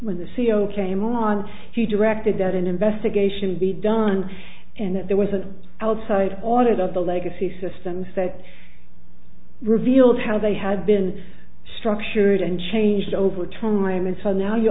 when the c e o came on he directed that an investigation be done and that there was an outside audit of the legacy systems that revealed how they have been structured and changed over time and so now you